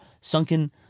Sunken